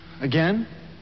Again